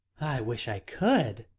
i wish i could,